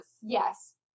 Yes